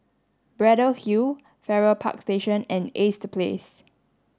Braddell Hill Farrer Park Station and Ace The Place